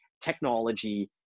technology